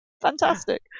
Fantastic